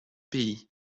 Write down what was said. pays